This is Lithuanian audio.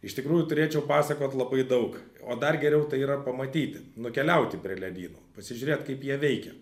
iš tikrųjų turėčiau pasakot labai daug o dar geriau tai yra pamatyti nukeliauti prie ledynų pasižiūrėt kaip jie veikia